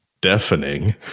deafening